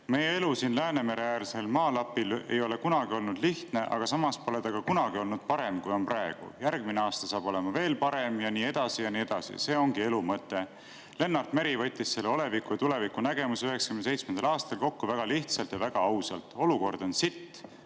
"Meie elu siin Läänemere-äärsel maalapil ei ole kunagi olnud lihtne, aga samas pole ta ka kunagi olnud parem, kui on praegu. Järgmine aasta saab olema veel parem ja nii edasi ja nii edasi. See ongi elu mõte. Lennart Meri võttis selle oleviku- ja tulevikunägemuse 1997. aastal kokku väga lihtsalt ja väga ausalt: "Olukord on sitt,